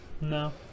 No